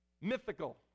mythical